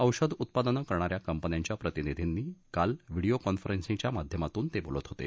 औषध उत्पादन करणाऱ्या कंपन्यांच्या प्रतिनिधींनी बरोबर काल व्हिडीओ कॉन्फरन्सिंग च्या माध्यमातून ते बोलत होते